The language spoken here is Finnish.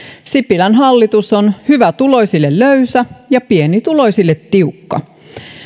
sipilän hallitus on hyvätuloisille löysä ja pienituloisille tiukka